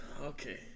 Okay